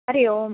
Hari Om